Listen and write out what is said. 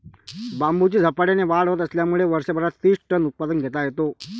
बांबूची झपाट्याने वाढ होत असल्यामुळे वर्षभरात तीस टन उत्पादन घेता येते